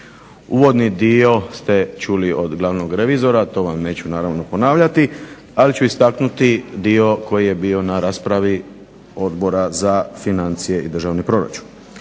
Uvodni dio ste čuli od glavnog revizora to vam neću naravno ponavljati, ali ću istaknuti dio koji je bio na raspravi Odbora za financije i državni proračun.